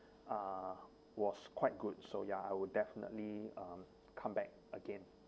uh was quite good so ya I would definitely um come back again